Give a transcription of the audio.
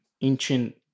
ancient